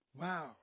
Wow